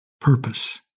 purpose